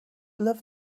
love